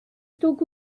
stalk